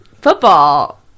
football